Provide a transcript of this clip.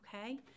Okay